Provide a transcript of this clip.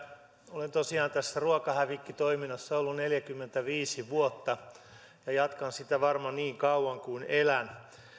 olen tosiaan tässä ruokahävikkitoiminnassa ollut neljäkymmentäviisi vuotta ja jatkan sitä varmaan niin kauan kuin elän